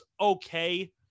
okay